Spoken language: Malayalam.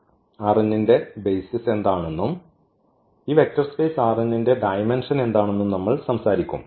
ന്റെ ബെയ്സിസ് എന്താണെന്നും ഈ വെക്റ്റർ സ്പേസ് ന്റെ ഡയമെന്ഷൻ എന്താണെന്നും നമ്മൾ സംസാരിക്കും